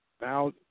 Now